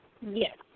Yes